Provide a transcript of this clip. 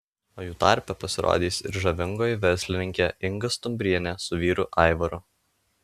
o jų tarpe pasirodys ir žavingoji verslininkė inga stumbrienė su vyru aivaru